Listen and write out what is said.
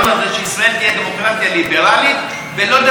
תהיה דמוקרטיה ליברלית ולא דמוקרטיה,